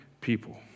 people